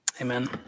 amen